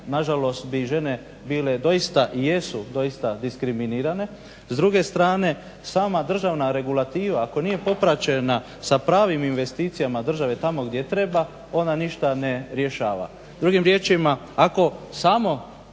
nažalost bi žene bile doista i jesu doista diskriminirane. S druge strane sama država regulativa ako nije popraćena sa pravim investicijama države tamo gdje treba ona ništa ne rješava.